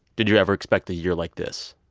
did you ever expect a year like this?